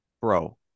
bro